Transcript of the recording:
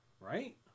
right